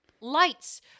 lights